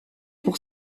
pour